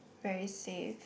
very safe